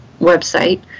website